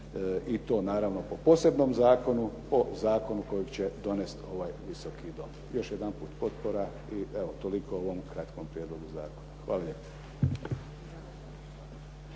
i to naravno po posebnom zakonu, po zakonu koji će donesti ovaj Visoki dom. Još jedanput potpora i evo toliko o ovom kratkom prijedlogu zakona. Hvala lijepo.